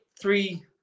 three